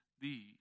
thee